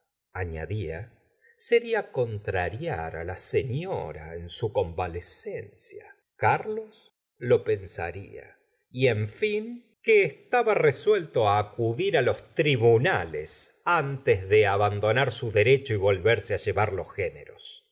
llevar además añadía seria contrariar á la sel'i ora en su convalecencia carlos lo pensaría y en fin que estaba resuelto á acudir á los tribunales antes de abandonar su derecho y volverse á llevar los géneros